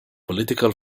political